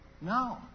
No